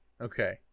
Okay